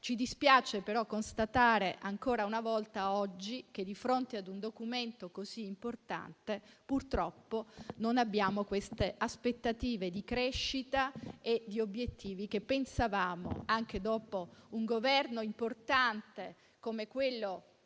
tuttavia dover constatare ancora una volta oggi che, di fronte a un Documento così importante, purtroppo non abbiamo le aspettative di crescita e gli obiettivi che pensavamo invece ci fossero dopo un Governo importante come quello